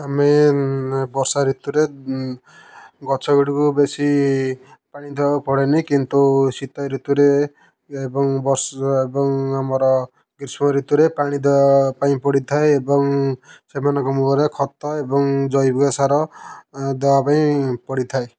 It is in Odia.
ଆମେ ବର୍ଷା ଋତୁରେ ଗଛ ଗୁଡ଼ିକୁ ବେଶୀ ପାଣି ଦେବାକୁ ପଡ଼େନି କିନ୍ତୁ ଶୀତ ଋତୁରେ ଏବଂ ବର୍ଷ ଏବଂ ଆମର ଗ୍ରୀଷ୍ମ ଋତୁରେ ପାଣି ଦେବା ପାଇଁ ପଡ଼ିଥାଏ ଏବଂ ସେମାନଙ୍କ ମୁହଁରେ ଖତ ଏବଂ ଜୈବିକ ସାର ଦେବାପାଇଁ ପଡ଼ିଥାଏ